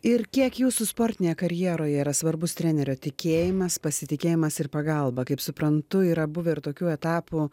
ir kiek jūsų sportinėje karjeroje yra svarbus trenerio tikėjimas pasitikėjimas ir pagalba kaip suprantu yra buvę ir tokių etapų